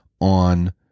on